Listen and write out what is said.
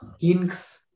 King's